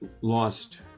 lost